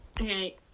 okay